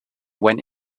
went